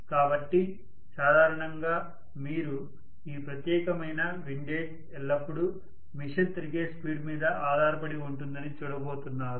కాబట్టి సాధారణంగా మీరు ఈ ప్రత్యేకమైన విండేజ్ ఎల్లప్పుడూ మిషన్ తిరిగే స్పీడ్ మీద ఆధారపడి ఉంటుందని చూడబోతున్నారు